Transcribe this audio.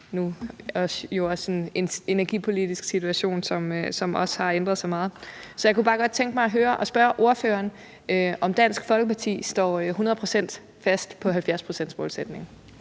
corona og nu også en energipolitisk situation, som har ændret sig meget. Så jeg kunne bare godt tænke mig at spørge ordføreren, om Dansk Folkeparti står hundrede procent fast